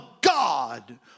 God